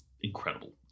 incredible